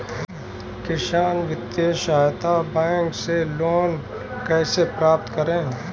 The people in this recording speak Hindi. किसान वित्तीय सहायता बैंक से लोंन कैसे प्राप्त करते हैं?